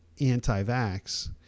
anti-vax